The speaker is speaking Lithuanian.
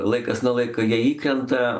laikas nuo laiko jie įkrenta